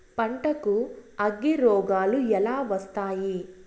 పంటకు అగ్గిరోగాలు ఎలా వస్తాయి?